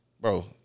bro